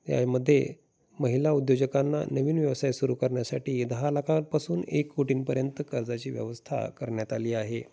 यामध्ये महिला उद्योजकांना नवीन व्यवसाय सुरू करण्यासाठी दहा लाखांपासून एक कोटींपर्यंत कर्जाची व्यवस्था करण्यात आली आहे